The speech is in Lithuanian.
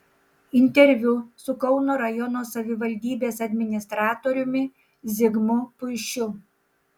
interviu su kauno rajono savivaldybės administratoriumi zigmu puišiu